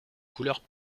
couleurs